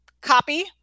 copy